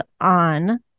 on